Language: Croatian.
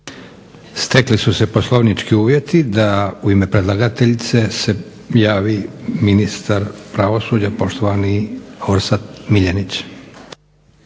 Stekli su se poslovnički uvjeti da u ime predlagateljice se javi ministar pravosuđa poštovani Orsat Miljenić.